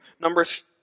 Numbers